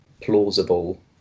plausible